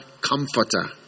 comforter